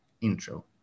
intro